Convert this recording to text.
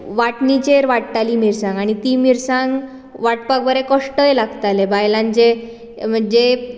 वाटणीचेर वांट्टाली मिरसांग आनी ती मिरसांग वांटपाक बरे कश्टय लागताले बायलांक जे म्हणजे